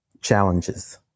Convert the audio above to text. challenges